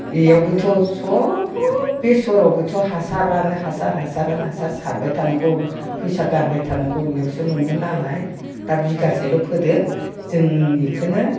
बेयावबोथ' सब बेसरावबोथ' हासारानो हासार हासारानो हासार सारबाय थानांगौ फैसा गारबाय थानांगौ बेयावसो मोनो नालाय दा बिगासेल' फोदों जों बेखौनो